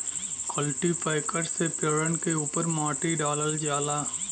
cultipacker से पेड़न के उपर माटी डालल जाला